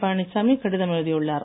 பழனிசாமி கடிதம் எழுதியுள்ளார்